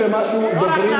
מישהו לנמק אותה.